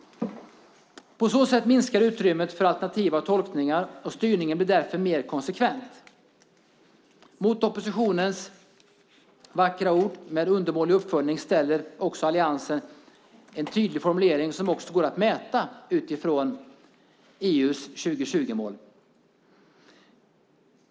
På så sätt minskar utrymmet för alternativa tolkningar. Styrningen blir därför mer konsekvent. Mot oppositionens vackra ord om en undermålig uppföljning ställer Alliansen en tydlig formulering som det går att mäta utifrån EU:s 2020-mål.